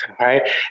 right